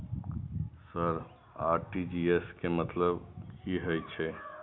Sir RTGS के मतलब की हे छे?